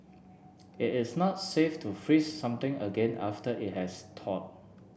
it is not safe to freeze something again after it has thaw